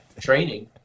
training